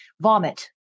vomit